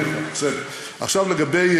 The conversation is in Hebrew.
עכשיו לגבי